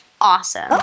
awesome